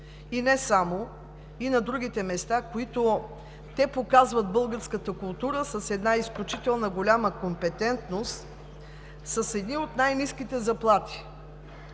и не само, а и на другите места, в които те показват българската култура с една изключително голяма компетентност, са с едни от най-ниските заплати.